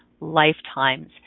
lifetimes